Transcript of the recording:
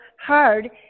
hard